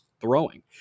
throwing